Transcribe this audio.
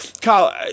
Kyle